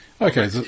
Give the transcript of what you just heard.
Okay